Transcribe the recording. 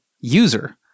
User